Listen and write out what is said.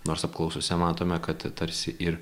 nors apklausose matome kad tarsi ir